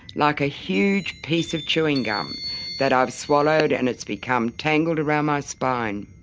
like a huge piece of chewing gum that i've swallowed and it's become tangled around my spine.